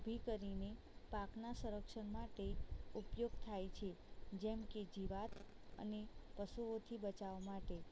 ઊભી કરીને પાકના સંરક્ષણ માટે ઉપયોગ થાય છે જેમકે જીવાત અને પશુઓથી બચાવ માટે